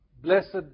Blessed